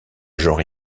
genre